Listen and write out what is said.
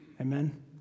Amen